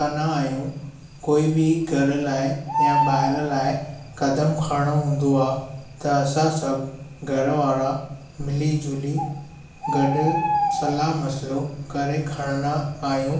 कंदा आहियूं कोई बि घर लाइ या ॿाहिरि लाइ कदमु खणणो हूंदो आहे त असां सभु घरवारा मिली जुली गॾु सलाहु मसाइलो करे खणंदा आहियूं